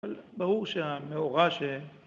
ברור שהמאורה